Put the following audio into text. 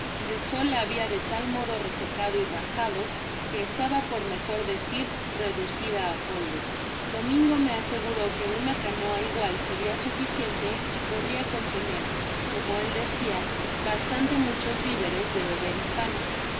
el sol la habia de tal mode resecado y rajado que estaba por mejor decir reducida á polvo domingo me aseguró que una canoa igual seria suficiente y podria contener como él decia bastante muchos viveres de beber y pan